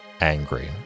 angry